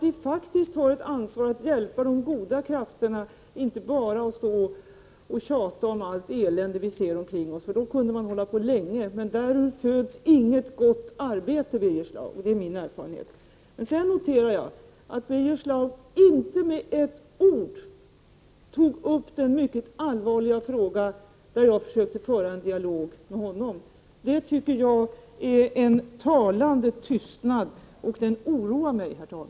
Vi har ett ansvar för att hjälpa de goda krafterna, inte bara stå och tjata om allt elände vi ser omkring oss — då kunde vi hålla på länge. Därur föds inget gott arbete, Birger Schlaug. Det är min erfarenhet. Jag noterar att Birger Schlaug inte med ett ord tog upp den mycket allvarliga fråga som jag försökte föra en dialog med honom om. Det är en talande tystnad, och den oroar mig, herr talman.